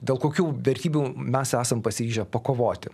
dėl kokių vertybių mes esam pasiryžę pakovoti